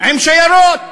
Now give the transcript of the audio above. עם שיירות.